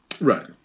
right